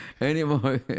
anymore